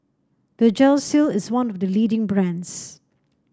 Vagisil is one of the leading brands